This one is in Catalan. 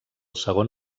segon